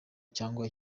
cyangwa